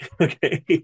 Okay